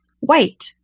white